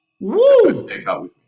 Woo